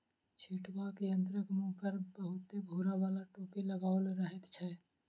छिटबाक यंत्रक मुँह पर बहुते भूर बाला टोपी लगाओल रहैत छै